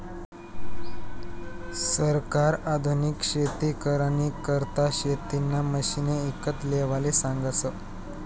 सरकार आधुनिक शेती करानी करता शेतीना मशिने ईकत लेवाले सांगस